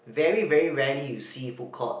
very very rarely you see food court